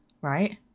right